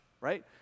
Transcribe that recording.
right